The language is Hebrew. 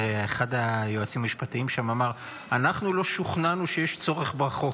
ואחד היועצים המשפטיים שם אמר: אנחנו לא שוכנענו שיש צורך בחוק.